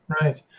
right